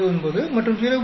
99 மற்றும் 0